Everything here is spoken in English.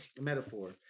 metaphor